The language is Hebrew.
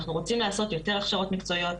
אנחנו רוצים לעשות יותר הכשרות מקצועיות.